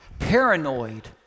paranoid